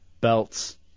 Belts